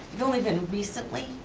you've only been recently,